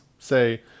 Say